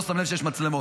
לא שם לב שיש מצלמות.